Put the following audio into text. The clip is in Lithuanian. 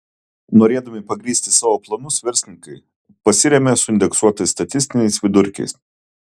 norėdami pagrįsti savo planus verslininkai pasirėmė suindeksuotais statistiniais vidurkiais